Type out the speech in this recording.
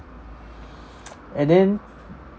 and then